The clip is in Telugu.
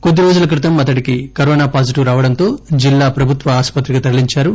కొద్దిరోజుల క్రితం అతడికి కరోనా పాజిటీవ్ రావడంతో జిల్లా ప్రభుత్వ ఆసుప్రతికి తరలించారు